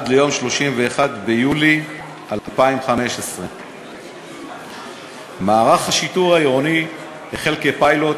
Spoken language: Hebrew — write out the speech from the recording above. עד ליום 31 ביולי 2015. מערך השיטור העירוני החל כפיילוט